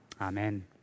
Amen